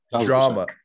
drama